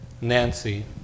Nancy